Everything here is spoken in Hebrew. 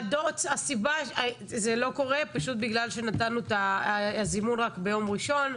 זה לא קורה פשוט בגלל שנתנו את הזימון רק ביום ראשון.